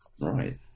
right